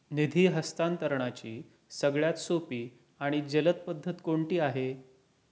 निधी हस्तांतरणाची सगळ्यात सोपी आणि जलद पद्धत कोणती आहे?